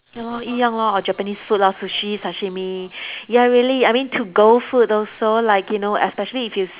ya lor 一样 lor Japanese food lor sushi sashimi ya really I mean to go food also like you know especially if you